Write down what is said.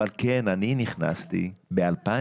אבל כן אני נכנסתי ב-2014,